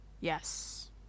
Yes